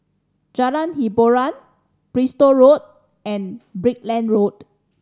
Jalan Hiboran Bristol Road and Brickland Road